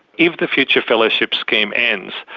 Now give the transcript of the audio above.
if the future fellowships scheme ends,